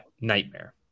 Nightmare